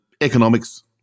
economics